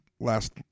last